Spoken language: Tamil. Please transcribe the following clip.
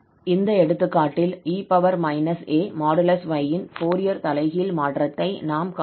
இந்த எடுத்துக்காட்டில் 𝑒−𝑎|𝑦| இன் ஃபோரியர் தலைகீழ் மாற்றத்தை நாம் காணலாம்